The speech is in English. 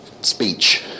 speech